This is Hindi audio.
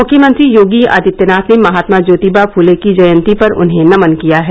मुख्यमंत्री योगी आदित्यनाथ ने महात्मा ज्योतिबा फूले की जयंती पर उन्हें नमन किया है